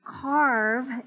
carve